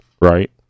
Right